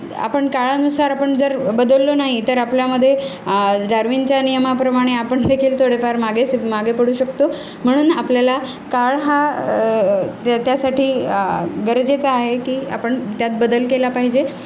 आपण काळानुसार आपण जर बदललो नाही तर आपल्यामध्ये डार्वीनच्या नियमाप्रमाणे आपण देखील थोडेफार मागे स मागे पडू शकतो म्हणून आपल्याला काळ हा त्या त्यासाठी गरजेचा आहे की आपण त्यात बदल केला पाहिजे